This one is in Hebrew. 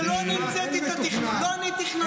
לא אני תכננתי את זה בשבת.